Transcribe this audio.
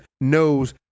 knows